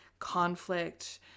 conflict